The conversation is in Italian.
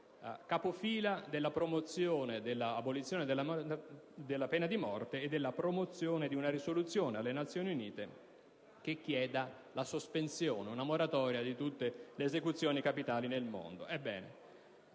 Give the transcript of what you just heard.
capofila della promozione dell'abolizione della pena di morte e di una risoluzione alle Nazioni Unite che chieda la sospensione, una moratoria, di tutte le esecuzioni capitali nel mondo.